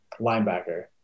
linebacker